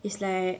it's like